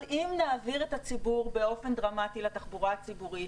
אבל אם נעביר את הציבור באופן דרמטי לתחבורה הציבורית,